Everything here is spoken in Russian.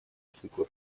цикла